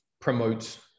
promote